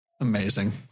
amazing